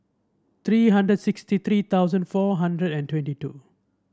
three hundred sixty three thousand four hundred and twenty two